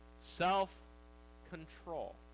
Self-control